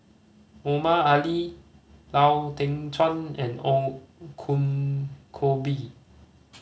Omar Ali Lau Teng Chuan and Ong Kong Koh Bee